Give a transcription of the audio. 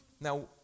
Now